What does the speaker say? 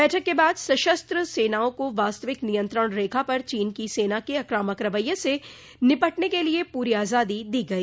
बैठक के बाद सशस्त्र सेनाओं का वास्तविक नियंत्रण रेखा पर चीन की सेना के आक्रामक रवैये से निपटने के लिए पूरी आजादी दी गई